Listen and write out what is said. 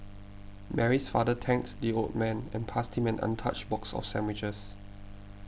Mary's father thanked the old man and passed him an untouched box of sandwiches